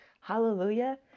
Hallelujah